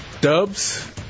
Dubs